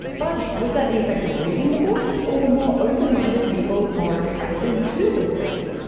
but was that the effect of reading the books or were more open minded people more attracted to the books?